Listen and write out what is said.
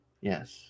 Yes